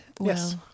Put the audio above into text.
Yes